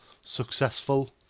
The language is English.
successful